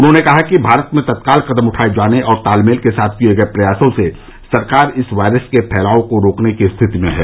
उन्होंने कहा कि भारत में तत्काल कदम उठाये जाने और तालमेल के साथ किये गये प्रयासों से सरकार इस वायरस के फैलाव को रोकने की स्थिति में है